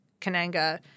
Kananga